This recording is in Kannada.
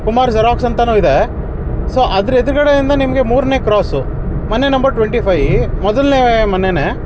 ಕುಮಾರ್ ಜೆರಾಕ್ಸ್ ಅಂತನೂ ಇದೆ ಸೊ ಅದ್ರ ಎದುರುಗಡೆಯಿಂದ ನಿಮಗೆ ಮೂರನೇ ಕ್ರಾಸು ಮನೆ ನಂಬರ್ ಟ್ವೆಂಟಿ ಫೈಯ್ ಮೊದಲ್ನೇ ಮನೇನೇ